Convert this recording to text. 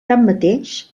tanmateix